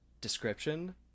description